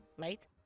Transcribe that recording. Right